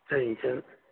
சரிங்க சார்